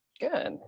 good